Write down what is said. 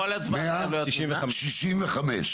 הצבעה בעד 4 נגד 5 נמנעים אין לא אושר.